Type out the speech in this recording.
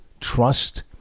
trust